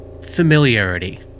familiarity